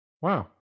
Wow